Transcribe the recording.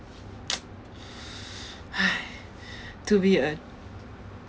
!hais! to be a